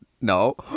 no